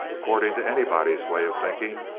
according to anybody's way of thinking,